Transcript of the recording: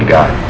God